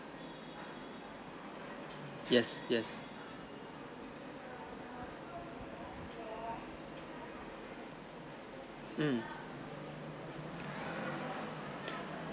yes yes um